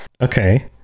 Okay